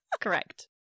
Correct